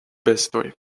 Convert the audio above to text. bestoj